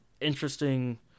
interesting